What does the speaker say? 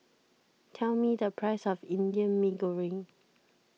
tell me the price of Indian Mee Goreng